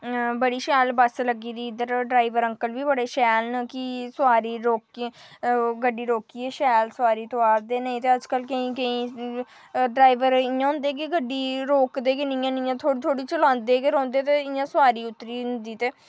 बड़ी शैल बस्स लग्गी दी इद्धर ड्राइवर अंकल बी बड़े शैल न कि सोआरी रोकियै गड्डी रोकियै शैल सोआरी तुआरदे न नेईं तां अजकल केईं केईं ड्राइवर इ'यां होंदे न कि गड्डी रोकदे गै नेईं हैन इ'यां थ्होड़ी थ्होड़ी चलांदे गै रौंह्दे ते इ'यां सोआरी उतरी दी होंदी ते